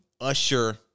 Usher